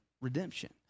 redemption